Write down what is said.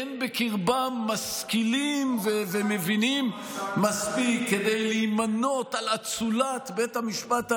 אין בקרבם משכילים ומבינים מספיק להימנות על אצולת בית המשפט העליון,